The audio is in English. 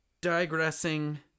Digressing